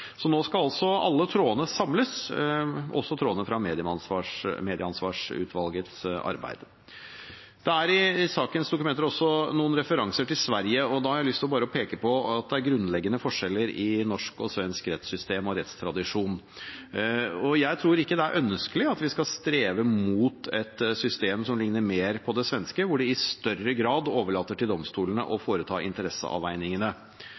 Nå skal altså alle trådene samles, også trådene fra Medieansvarsutvalgets arbeid. Det er i sakens dokumenter også noen referanser til Sverige, og da har jeg lyst til å peke på at det er grunnleggende forskjeller i norsk og svensk rettssystem og rettstradisjon. Jeg tror ikke det er ønskelig at vi skal strebe mot et system som ligner mer på det svenske, hvor det i større grad overlates til domstolene å